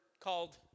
called